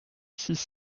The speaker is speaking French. six